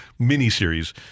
miniseries